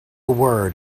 word